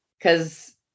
Cause